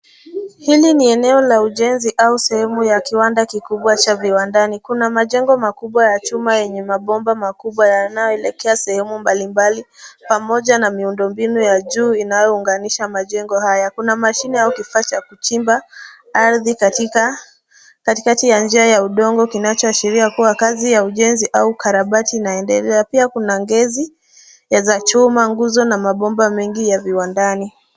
Hili ni eneo la ujenzi au sehemu ya kiwanda kikubwa cha viwandani. Kuna majengo makubwa ya chuma, yenye mabomba makubwa yanayoelekea sehemu mbalimbali, pamoja na miundo mbinu ya juu inayounganisha majengo haya. Kuna mashine au kifaa cha kuchimba ardhi, katikati ya njia ya udongo, kinachoashiria kuwa kazi ya ujenzi au ukarabati inaendelea. Pia kuna ngezi za chuma, nguzo na mabomba mengi ya viwandani.